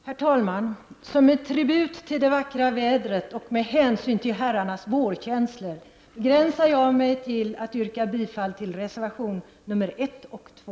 Herr talman! Som en tribut till det vackra vårvädret och med hänsyn till herrarnas vårkänslor skall jag begränsa mig till att yrka bifall till reservationerna 1 och 2.